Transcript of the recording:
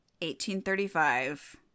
1835